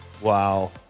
Wow